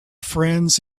friends